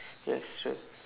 yes sure